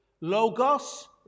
Logos